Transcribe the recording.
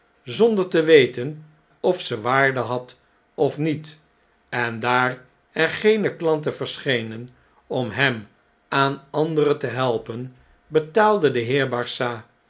zonder te weten of ze waarde had of niet en daar er geene klanten verschenen om hem aan andere te helpen betaalde de heer barsad